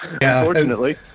Unfortunately